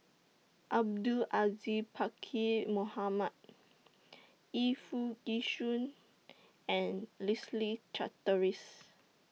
Abdul Aziz Pakkeer Mohamed Yu Foo Yee Shoon and Leslie Charteris